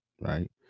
right